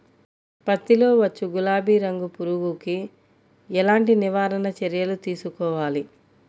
పత్తిలో వచ్చు గులాబీ రంగు పురుగుకి ఎలాంటి నివారణ చర్యలు తీసుకోవాలి?